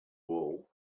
wool